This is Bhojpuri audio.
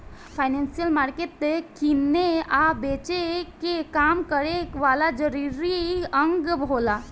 फाइनेंसियल मार्केट किने आ बेचे के काम करे वाला जरूरी अंग होला